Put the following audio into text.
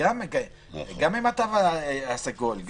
עם התו הסגול.